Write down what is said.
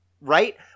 Right